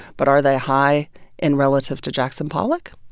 but are they high in relative to jackson pollock?